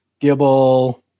Gibble